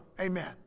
Amen